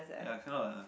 ya cannot la